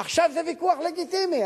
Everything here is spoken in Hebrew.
עכשיו, זה ויכוח לגיטימי.